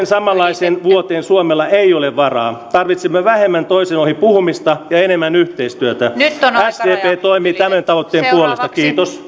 samanlaiseen vuoteen suomella ei ole varaa tarvitsemme vähemmän toisen ohi puhumista ja enemmän yhteistyötä sdp toimii tämän tavoitteen puolesta kiitos